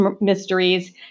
mysteries